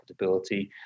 profitability